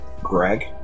Greg